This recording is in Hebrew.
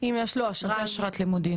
אם יש לו --- מה זה אשרת לימודים?